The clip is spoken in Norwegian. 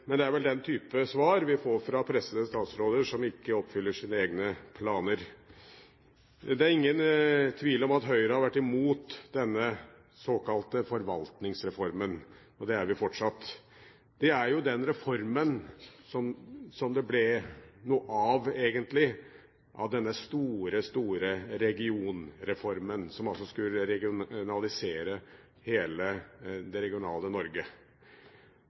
Men det er vel den type svar vi får fra pressede statsråder som ikke oppfyller sine egne planer. Det er ingen tvil om at Høyre har vært imot denne såkalte Forvaltningsreformen, og det er vi fortsatt. Det er jo den reformen som det ble noe av, egentlig, denne store, store regionreformen, som altså skulle regionalisere hele det regionale Norge.